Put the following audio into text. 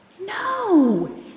No